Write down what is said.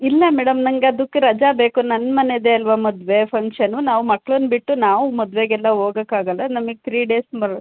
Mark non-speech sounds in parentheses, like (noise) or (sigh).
ಇಲ್ಲ ಮೇಡಮ್ ನಂಗೆ ಅದಕ್ಕು ರಜಾ ಬೇಕು ನನ್ನ ಮನೆಯದೇ ಅಲ್ವ ಮದುವೆ ಫಂಕ್ಷನು ನಾವು ಮಕ್ಳನ್ನು ಬಿಟ್ಟು ನಾವು ಮದುವೆಗೆಲ್ಲ ಹೋಗೋಕ್ ಆಗೋಲ್ಲ ನಮಗ್ ತ್ರೀ ಡೇಸ್ (unintelligible)